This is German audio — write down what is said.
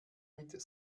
mit